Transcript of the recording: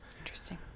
Interesting